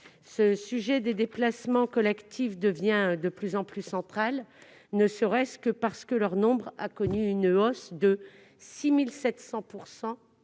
Ce sujet des déplacements collectifs devient de plus en plus central, ne serait-ce que parce que leur nombre a connu une hausse de 6 700